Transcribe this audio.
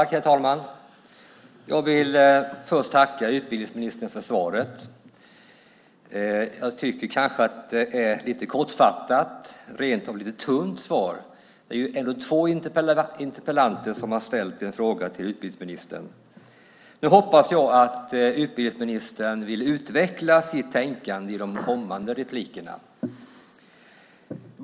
Herr talman! Jag vill först tacka utbildningsministern för svaret. Jag tycker kanske att det är ett kortfattat, rent av lite tunt, svar. Det är ändå två interpellanter som har ställt frågor till utbildningsministern. Nu hoppas jag att utbildningsministern vill utveckla sitt tänkande i de kommande inläggen.